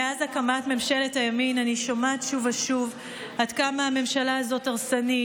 מאז הקמת ממשלת הימין אני שומעת שוב ושוב עד כמה הממשלה הזאת הרסנית,